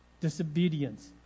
disobedience